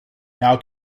now